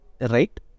right